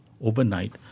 overnight